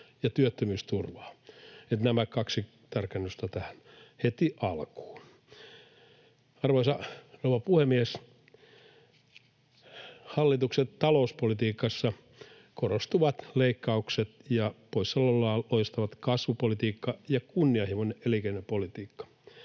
ja työttömyysturvaa. Nämä kaksi tarkennusta tähän heti alkuun. Arvoisa rouva puhemies! Hallituksen talouspolitiikassa korostuvat leikkaukset ja poissaolollaan loistavat kasvupolitiikka ja kunnianhimoinen elinkeinopolitiikka.